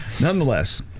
nonetheless